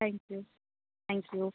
thank you thank you